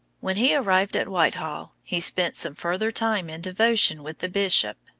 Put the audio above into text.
when he arrived at whitehall he spent some further time in devotion, with the bishop,